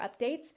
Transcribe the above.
updates